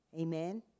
Amen